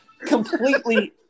completely